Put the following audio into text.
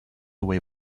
away